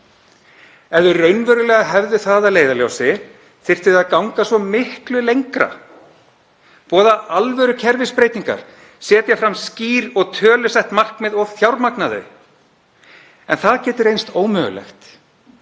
það raunverulega að leiðarljósi þyrfti að ganga svo miklu lengra, boða alvörukerfisbreytingar, setja fram skýr og tölusett markmið og fjármagna þau en það getur reynst ómögulegt